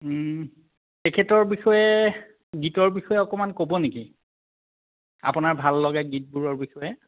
তেখেতৰ বিষয়ে গীতৰ বিষয়ে অকণমান ক'ব নেকি আপোনা ৰভাল লগা গীতবোৰৰ বিষয়ে